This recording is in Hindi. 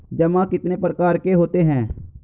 जमा कितने प्रकार के होते हैं?